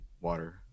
water